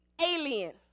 alien